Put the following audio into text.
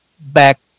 back